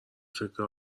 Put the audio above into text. فکر